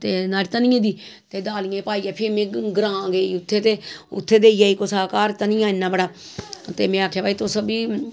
ते नाह्ड़ी धनियें दी ते दालियें च पाइयै फ्ही में तां गेई उत्थें ते उत्थें देई आई धनियां इन्ना बड़ा ते में आखेआ भाई तुस बी